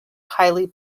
highly